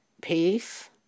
peace